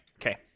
Okay